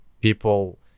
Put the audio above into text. people